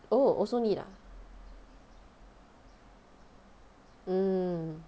oh also need ah mm